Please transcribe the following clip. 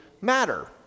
matter